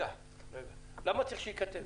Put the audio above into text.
למה צריך שייכתב?